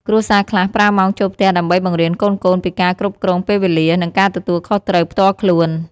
គ្រួសារខ្លះប្រើម៉ោងចូលផ្ទះដើម្បីបង្រៀនកូនៗពីការគ្រប់គ្រងពេលវេលា និងការទទួលខុសត្រូវផ្ទាល់ខ្លួន។